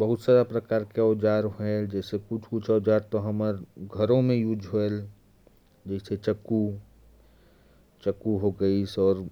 बहुत सारे प्रकार के औजार होते हैं जैसे कुछ औजार तो हमारे घरों में इस्तेमाल होते हैं, जैसे चक्कू,